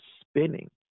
spinning